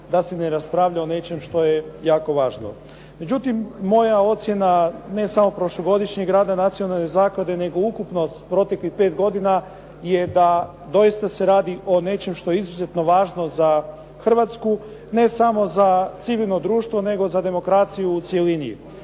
da se ne raspravlja o nečemu što je jako važno. Međutim, moja ocjena ne samo prošlogodišnjeg rada Nacionalne zaklade nego ukupnost proteklih pet godina je da doista se radi o nečemu što je izuzetno važno za Hrvatsku ne samo za civilno društvo nego za demokraciju u cjelini